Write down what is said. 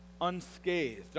unscathed